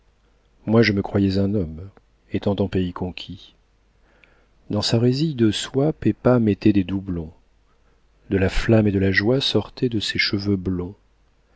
moi je me croyais un homme étant en pays conquis dans sa résille de soie pepa mettait des doublons de la flamme et de la joie sortaient de ses cheveux blonds